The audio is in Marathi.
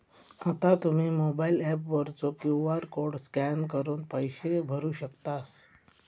आता तुम्ही मोबाइल ऍप वरचो क्यू.आर कोड स्कॅन करून पैसे भरू शकतास